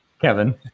Kevin